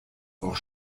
auch